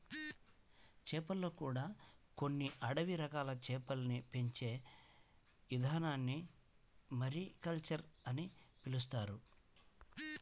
చేపల్లో కూడా కొన్ని అడవి రకం చేపల్ని పెంచే ఇదానాన్ని మారికల్చర్ అని పిలుత్తున్నారు